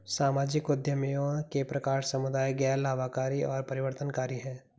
सामाजिक उद्यमियों के प्रकार समुदाय, गैर लाभकारी और परिवर्तनकारी हैं